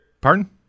Pardon